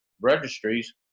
registries